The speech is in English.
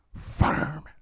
firm